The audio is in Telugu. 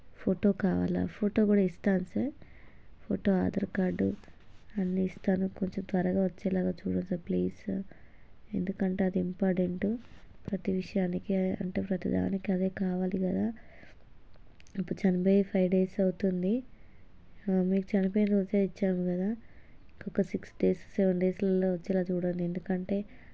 ఫోటో కావాలా ఫోటో కూడా ఇస్తాను సార్ ఫోటో ఆధార్ కార్డు అన్నీ ఇస్తాను కొంచెం త్వరగా వచ్చేలాగా చూడండి సార్ ప్లీజ్ సార్ ఎందుకంటే అది ఇంపార్టెంటు ప్రతి విషయానికి అయ్ అంటే ప్రతి దానికి అదే కావాలి గదా ఇప్పుడు చనిపోయి ఫైవ్ డేస్ అవుతుంది మీకు చనిపోయిన రోజే ఇచ్చాము కదా ఇంకొక సిక్స్ సెవెన్ డేస్లలో వచ్చేలా చూడండి ఎందుకంటే